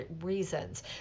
reasons